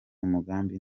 umugambi